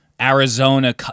Arizona